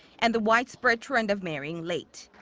and the widespread trend of marrying late.